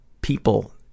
people